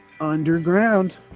underground